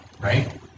right